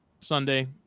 Sunday